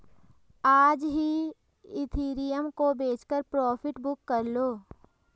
आज ही इथिरियम को बेचकर प्रॉफिट बुक कर लो